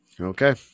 Okay